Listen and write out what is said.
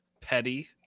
petty